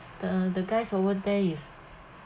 the the guys over there is